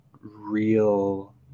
real